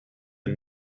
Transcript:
and